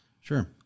Sure